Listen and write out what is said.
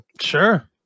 Sure